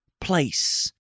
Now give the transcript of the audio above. place